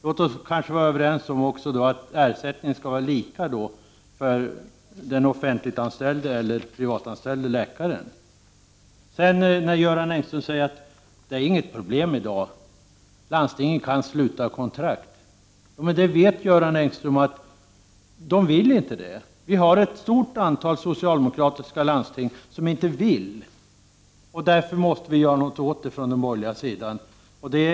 Låt oss då också vara överens om att ersättningen skall vara lika för den offentligt anställde läkaren och den privatanställde läkaren. Göran Engström säger att det i dag inte finns något problem och att landstingen kan sluta kontrakt. Men Göran Engström vet att de inte vill göra detta. Vi har ett stort antal socialdemokratiskt styrda landsting som inte vill sluta avtal. Därför måste vi från de borgerligas sida göra någonting åt detta.